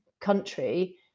country